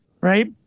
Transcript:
Right